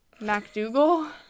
MacDougall